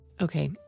Okay